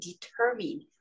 determine